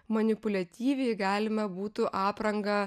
manipuliatyviai galime būtų apranga